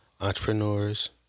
entrepreneurs